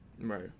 Right